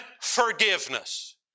forgiveness